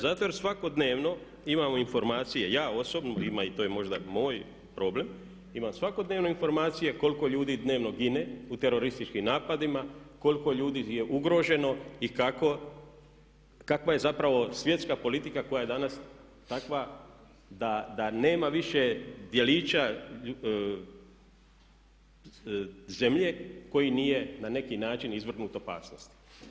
Zato jer svakodnevno imamo informacije, ja osobno imam i to je možda moj problem, imam svakodnevno informacije koliko ljudi dnevno gine u terorističkim napadima, koliko ljudi je ugroženo i kakva je zapravo svjetska politika koja je danas takva da nema više djelića zemlje koji nije na neki način izvrgnut opasnosti.